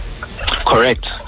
Correct